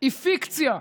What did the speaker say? היא פיקציה,